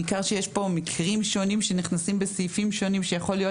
ניכר שיש פה מקרים שונים שנכנסים בסעיפים שונים שיכול להיות